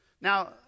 Now